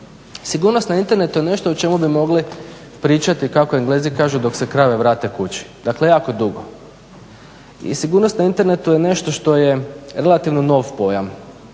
Sigurnost na internetu je nešto o čemu bi mogli pričati kako Englezi kažu dok se krave vrate kući, dakle jako dugo. I sigurnost na Internetu je nešto što je relativno nov pojam,